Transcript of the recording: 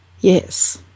Yes